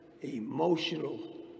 emotional